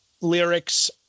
lyrics